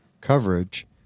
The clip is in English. coverage